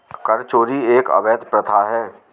कर चोरी एक अवैध प्रथा है